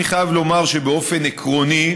אני חייב לומר שבאופן עקרוני,